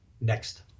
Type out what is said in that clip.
next